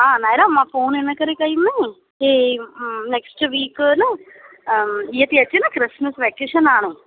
हा नायरा मां फोन हिन करे कई मईं के नेक्स्ट वीक न इहे थी अचे न क्रिसमिस वेकेशन आहे